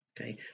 okay